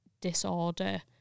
Disorder